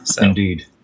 Indeed